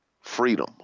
freedom